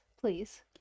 please